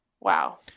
Wow